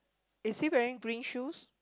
is she wearing bling shoe